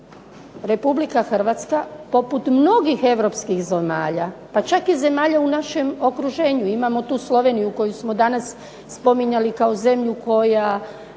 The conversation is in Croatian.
Republika Hrvatska poput mnogih Europskih zemalja, pa čak i zemalja u našem okruženju, imamo tu i Sloveniju koju smo danas spominjali kao zemlju u kojoj